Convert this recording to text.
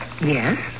Yes